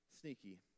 sneaky